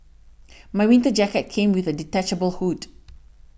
my winter jacket came with a detachable hood